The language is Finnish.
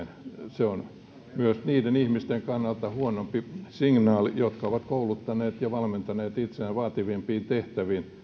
se on myös niiden ihmisten kannalta huonompi signaali jotka ovat kouluttaneet ja valmentaneet itseään vaativampiin tehtäviin